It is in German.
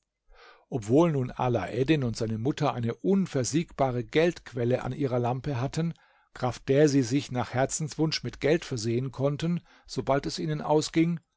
obwohl nun alaeddin und seine mutter eine unversiegbare geldquelle an ihrer lampe hatten kraft der sie sich nach herzenswunsch mit geld versehen konnten sobald es ihnen ausging